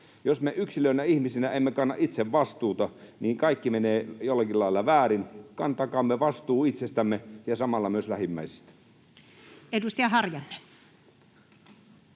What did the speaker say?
jos me yksilöinä, ihmisinä emme kanna itse vastuuta, niin kaikki menee jollakin lailla väärin. Kantakaamme vastuu itsestämme ja samalla myös lähimmäisistä. [Speech 32]